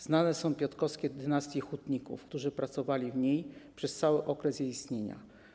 Znane są w Piotrkowie dynastie hutników, którzy pracowali w niej przez cały okres jej istnienia.